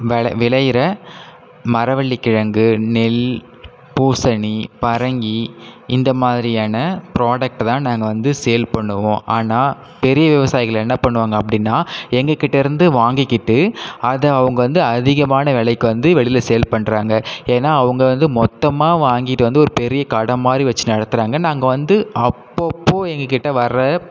வெ விலையிற மரவள்ளிக்கிழங்கு நெல் பூசணி பரங்கி இந்த மாதிரியான ப்ரோடக்ட் தான் நாங்கள் வந்து சேல் பண்ணுவோம் ஆனால் பெரிய விவசாயிகள் என்ன பண்ணுவாங்கள் அப்படின்னா எங்ககிட்டேருந்து வாங்கிகிட்டு அதை அவங்க வந்து அதிகமான விலைக்கு வந்து வெளியில் சேல் பண்ணுறாங்க ஏன்னால் அவங்க வந்து மொத்தமாக வாங்கிட்டு வந்து ஒரு பெரிய கடை மாதிரி வச்சு நடத்துகிறாங்க நாங்கள் வந்து அப்பப்போ எங்ககிட்ட வர